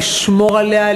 לשמור עליה,